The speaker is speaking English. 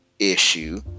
Issue